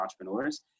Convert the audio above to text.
entrepreneurs